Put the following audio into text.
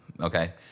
okay